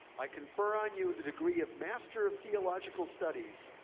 i confer on you the degree of master of theological studies,